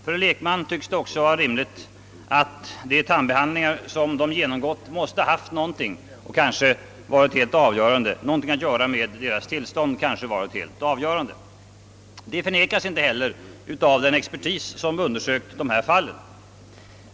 För en lekman tycks det också rimligt att de tandbehandlingar de genomgått måste ha haft någonting att göra med deras tillstånd — kanske varit helt avgörande. Detta förnekas inte heller av den expertis som undersökt fallen.